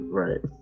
right